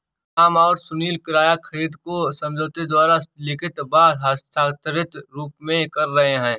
राम और सुनील किराया खरीद को समझौते द्वारा लिखित व हस्ताक्षरित रूप में कर रहे हैं